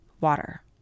water